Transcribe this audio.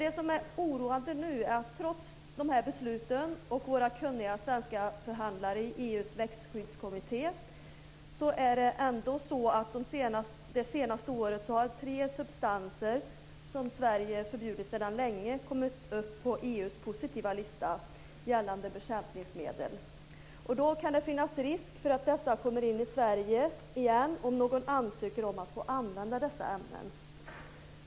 Det som är oroande nu är att trots de här besluten och våra kunniga svenska förhandlare i EU:s växtskyddskommitté har det senaste året tre substanser som Sverige förbjudit sedan länge kommit upp på EU:s positiva lista gällande bekämpningsmedel. Då kan det finnas risk för att dessa kommer in i Sverige igen om någon ansöker om att få använda dessa ämnen.